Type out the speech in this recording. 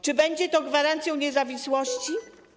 Czy będzie to gwarancją niezawisłości?